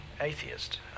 atheist